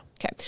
okay